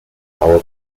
hour